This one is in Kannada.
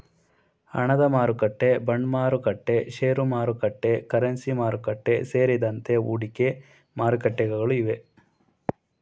ಹಣದಮಾರುಕಟ್ಟೆ, ಬಾಂಡ್ಮಾರುಕಟ್ಟೆ, ಶೇರುಮಾರುಕಟ್ಟೆ, ಕರೆನ್ಸಿ ಮಾರುಕಟ್ಟೆ, ಸೇರಿದಂತೆ ಹೂಡಿಕೆ ಮಾರುಕಟ್ಟೆಗಳು ಇವೆ